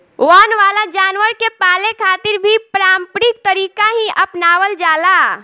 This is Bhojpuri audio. वन वाला जानवर के पाले खातिर भी पारम्परिक तरीका ही आपनावल जाला